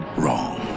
wrong